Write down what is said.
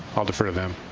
i'll defer to them.